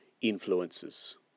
influences